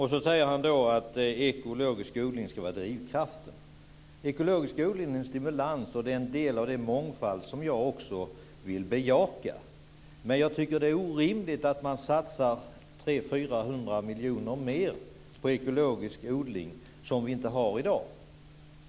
Han säger att ekologisk odling ska vara drivkraften. Ekologisk odling är en stimulans, en del av den mångfald som jag också vill bejaka. Men jag tycker att det är orimligt att satsa 300-400 miljoner mer på ekologisk odling som vi inte har i dag.